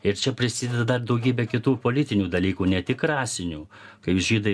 ir čia prisideda dar daugybė kitų politinių dalykų ne tik rasinių kai žydai